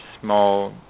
small